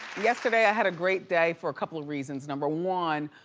yesterday i had a great day for a couple of reasons. number one,